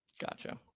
Gotcha